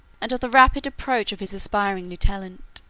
and of the rapid approach of his aspiring lieutenant.